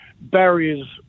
barriers